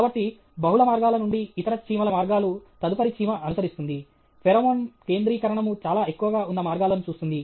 కాబట్టి బహుళ మార్గాల నుండి ఇతర చీమల మార్గాలు తదుపరి చీమ అనుసరిస్తుంది ఫెరోమోన్ కేంద్రీకరణము చాలా ఎక్కువగా ఉన్న మార్గాలను చూస్తుంది